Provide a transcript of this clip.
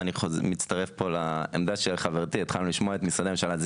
אני מצטרף פה לעמדה של חברתי ממשרד ראש הממשלה,